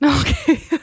Okay